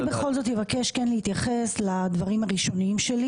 אני בכל זאת אבקש כן להתייחס לדברים הראשוניים שלי